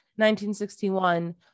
1961